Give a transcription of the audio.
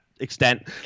Extent